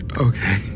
Okay